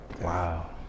wow